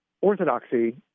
orthodoxy